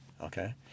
okay